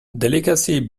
delicacy